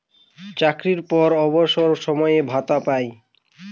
চাকরির পর অবসর সময়ে ভাতা পায়